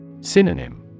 Synonym